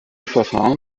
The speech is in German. verfahren